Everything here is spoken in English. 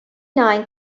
nine